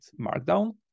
Markdown